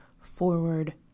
forward